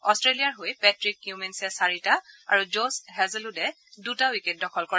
অট্টেলিয়াৰ হৈ পেট্টিক কিউমিনছে চাৰিটা আৰু জ'ছ হেজলউদে দুটা উইকেট দখল কৰে